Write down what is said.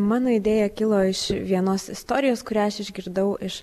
mano idėja kilo iš vienos istorijos kurią aš išgirdau iš